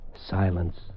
silence